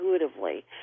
intuitively